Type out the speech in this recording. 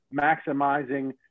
maximizing